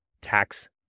tax